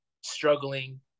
struggling